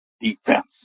defense